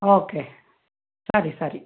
okay ಸರಿ ಸರಿ